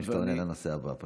לפני שאתה עונה על הנושא הבא.